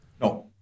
No